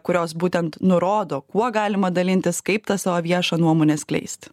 kurios būtent nurodo kuo galima dalintis kaip tą savo viešą nuomonę skleist